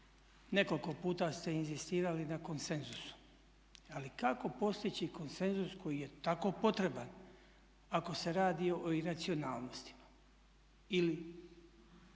nekoliko puta ste inzistirali na konsenzusu. Ali kako postići konsenzus koji je tako potreban ako se radi o iracionalnosti ili